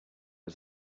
was